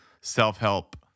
self-help